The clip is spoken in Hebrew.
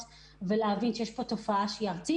אזוריות על מנת להבין שיש כאן תופעה ארצית,